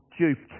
duped